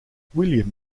william